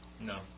No